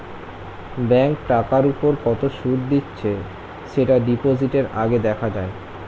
bank টাকার উপর কত সুদ দিচ্ছে সেটা ডিপোজিটের আগে দেখা যায়